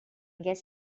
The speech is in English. guess